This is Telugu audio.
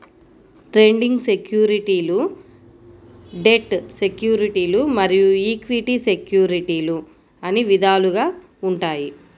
ట్రేడింగ్ సెక్యూరిటీలు డెట్ సెక్యూరిటీలు మరియు ఈక్విటీ సెక్యూరిటీలు అని విధాలుగా ఉంటాయి